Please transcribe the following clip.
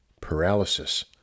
paralysis